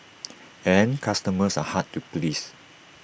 and customers are hard to please